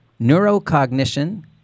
neurocognition